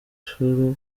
shuri